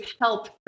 help